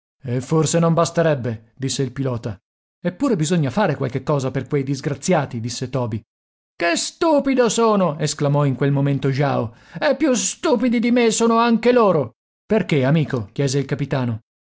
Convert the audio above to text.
e forse non basterebbe disse il pilota eppure bisogna fare qualche cosa per quei disgraziati disse toby che stupido sono esclamò in quel momento jao e più stupidi di me sono anche loro perché amico chiese il capitano